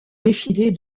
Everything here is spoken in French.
défiler